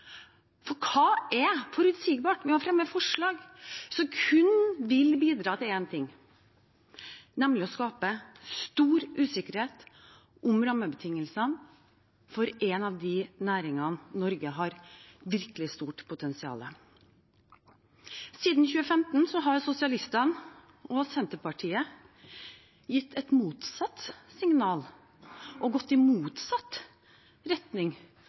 For hva er forutsigbart med å fremme forslag som kun vil bidra til én ting, nemlig å skape stor usikkerhet om rammebetingelsene for en av de næringene hvor Norge har virkelig stort potensial? Siden 2015 har sosialistene og Senterpartiet gitt et motsatt signal – og gått i motsatt retning